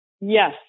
yes